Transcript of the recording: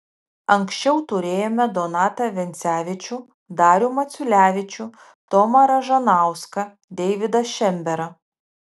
anksčiau turėjome donatą vencevičių darių maciulevičių tomą ražanauską deividą šemberą